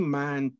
man